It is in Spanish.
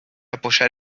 apoyar